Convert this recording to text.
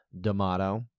D'Amato